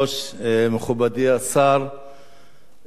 עמיתי חברי הכנסת,